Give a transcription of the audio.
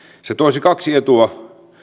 se toisi kaksi etua